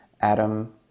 adam